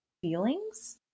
feelings